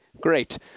Great